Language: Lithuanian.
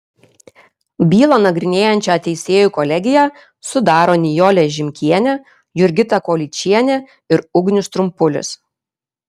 bylą nagrinėjančią teisėjų kolegiją sudaro nijolė žimkienė jurgita kolyčienė ir ugnius trumpulis